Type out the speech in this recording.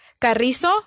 Carrizo